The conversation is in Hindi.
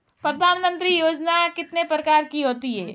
प्रधानमंत्री योजना कितने प्रकार की होती है?